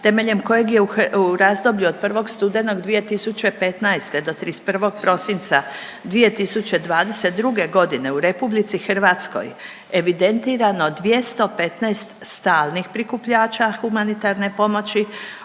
temeljem kojeg je u razdoblju od 1. studenog 2015. do 31. prosinca 2022.g. u RH evidentirano 215 stalnih prikupljača humanitarne pomoći,